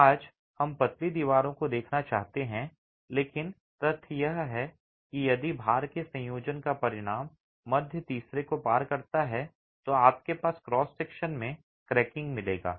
आज हम पतली दीवारों को देखना चाहते हैं लेकिन तथ्य यह है कि यदि भार के संयोजन का परिणाम मध्य तीसरे को पार करता है तो आपको क्रॉस सेक्शन में क्रैकिंग मिलेगा